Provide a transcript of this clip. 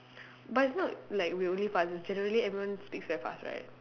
but it's not like we only fast generally everyone speaks very fast right